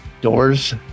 Doors